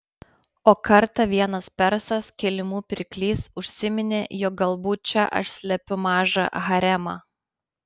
o kartą vienas persas kilimų pirklys užsiminė jog galbūt čia aš slepiu mažą haremą